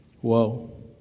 Whoa